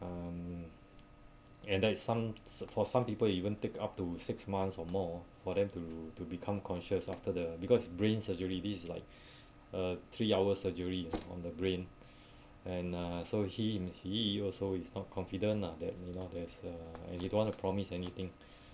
um and that is some so for some people even take up to six months or more for them to to become conscious after the because brain surgery this like a three hour surgery on the brain and uh so he he also is not confident lah that you know there's uh he don't want to promise anything